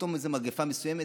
פתאום איזו מגפה מסוימת.